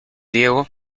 diego